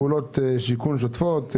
פעולות שיקום שוטפות,